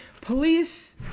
police